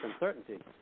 uncertainty